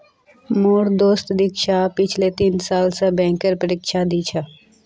मोर दोस्त दीक्षा पिछले तीन साल स बैंकेर परीक्षा दी छ